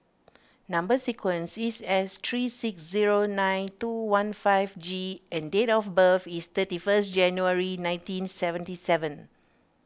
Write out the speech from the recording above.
Number Sequence is S three six zero nine two one five G and date of birth is thirty first January nineteen seventy seven